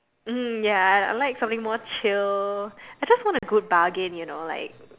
mm ya I I like something more chill I just want a good bargain you know like